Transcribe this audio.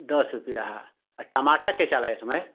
दस रुपये टमाटर क्या चला इस समय